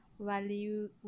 value